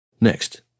Next